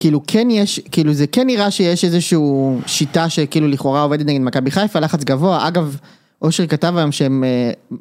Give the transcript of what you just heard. כאילו כן יש, כאילו זה כן נראה שיש איזשהו שיטה שכאילו לכאורה עובדת נגד מכבי חיפה, לחץ גבוה, אגב, עושרי כתב היום שהם...